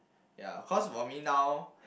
ya cause for me now